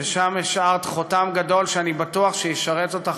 שם השארת חותם גדול שאני בטוח שישרת אותך